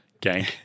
gang